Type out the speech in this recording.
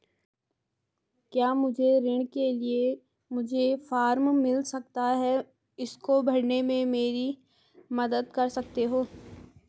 क्या मुझे ऋण के लिए मुझे फार्म मिल सकता है इसको भरने में मेरी मदद कर सकते हो?